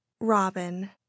Robin